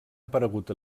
aparegut